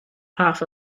half